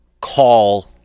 call